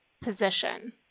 position